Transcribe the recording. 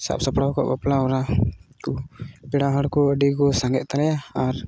ᱥᱟᱵ ᱥᱟᱯᱲᱟᱣ ᱠᱟᱜ ᱵᱟᱯᱞᱟ ᱨᱮ ᱯᱮᱲᱟ ᱦᱚᱲ ᱠᱚ ᱟᱹᱰᱤ ᱠᱚ ᱥᱟᱸᱜᱮᱜ ᱛᱟᱞᱮᱭᱟ ᱟᱨ